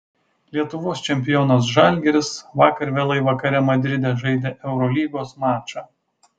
lietuvos čempionas žalgiris vakar vėlai vakare madride žaidė eurolygos mačą